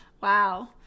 wow